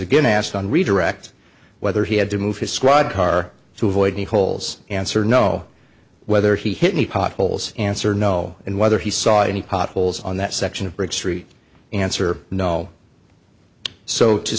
again asked on redirect whether he had to move his squad car to avoid any holes answer no whether he hit me potholes answer no and whether he saw any potholes on that section of bridge street in answer no so to